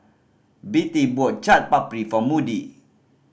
Bettye bought Chaat Papri for Moody